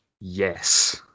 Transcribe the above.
Yes